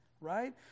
right